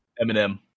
Eminem